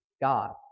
God